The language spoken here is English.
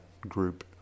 group